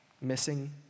missing